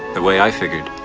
the way i figured,